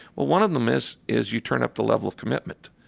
well, one of them is is you turn up the level of commitment.